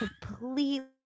completely